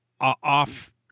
off